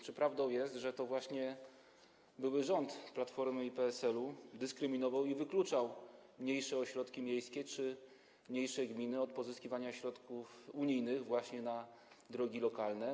Czy prawdą jest, że to właśnie były rząd Platformy i PSL dyskryminował i wykluczał mniejsze ośrodki miejskie czy mniejsze gminy z pozyskiwania środków unijnych właśnie na drogi lokalne?